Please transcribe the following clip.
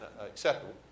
acceptable